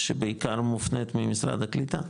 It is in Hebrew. שבעיקר מופנית ממשרד הקליטה,